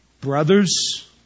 brothers